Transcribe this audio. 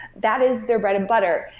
that is their bread and butter.